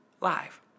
live